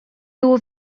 było